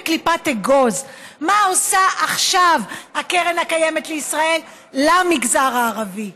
בקליפת אגוז: מה עושה עכשיו הקרן הקיימת לישראל במגזר הערבי?